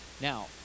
Now